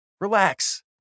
Relax